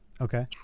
Okay